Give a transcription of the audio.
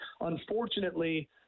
unfortunately